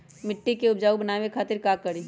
मिट्टी के उपजाऊ बनावे खातिर का करी?